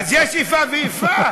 אז יש איפה ואיפה?